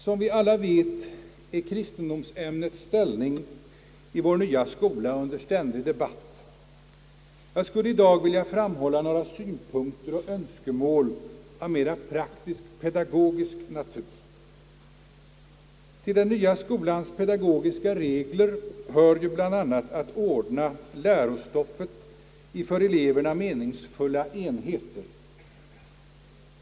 Som vi alla vet är kristendomsämnets ställning i vår nya skola under ständig debatt. Jag skulle i dag vilja framhålla några synpunkter och önskemål av mera praktisk pedagogisk natur. Till den nya skolans pedagogiska regler hör ju bl.a. att ordna lärostoffet i för eleverna meningsfulla enheter.